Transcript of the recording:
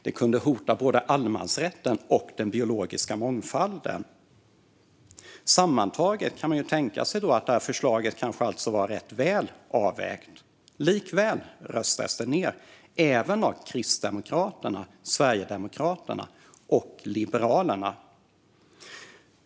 Det kunde hota både allemansrätten och den biologiska mångfalden. Sammantaget kan man tänka sig att förslaget alltså var rätt väl avvägt. Likväl röstades det ned, även av Kristdemokraterna, Sverigedemokraterna och Liberalerna.